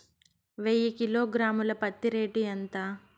వెయ్యి కిలోగ్రాము ల పత్తి రేటు ఎంత?